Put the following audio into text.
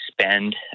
spend